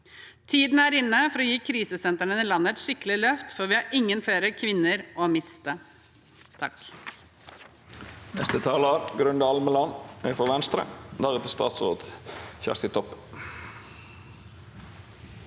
Tiden er inne for å gi krisesentrene i landet et skikkelig løft, for vi har ingen flere kvinner å miste.